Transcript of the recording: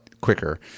quicker